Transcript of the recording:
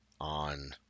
on